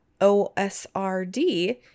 OSRD